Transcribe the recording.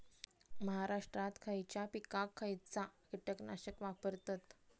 महाराष्ट्रात खयच्या पिकाक खयचा कीटकनाशक वापरतत?